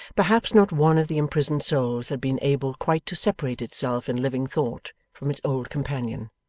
perhaps not one of the imprisoned souls had been able quite to separate itself in living thought from its old companion.